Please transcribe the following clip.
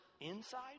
inside